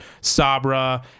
Sabra